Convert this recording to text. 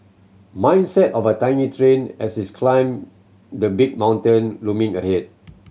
mindset of tiny train as is climbed the big mountain looming ahead